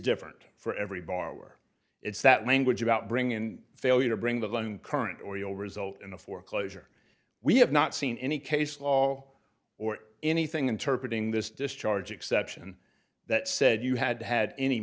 different for every borrower it's that language about bringing failure to bring the loan current or you'll result in a foreclosure we have not seen any case law or anything interpret ing this discharge exception that said you had had any